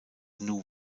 new